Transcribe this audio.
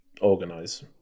organize